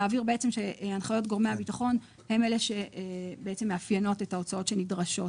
להבהיר שהנחיות גורמי הביטחון הן אלה שמאפיינות את ההוצאות שנדרשות.